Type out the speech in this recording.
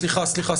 סליחה סליחה,